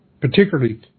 particularly